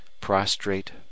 prostrate